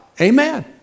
Amen